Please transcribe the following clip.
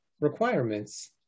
requirements